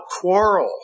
quarrel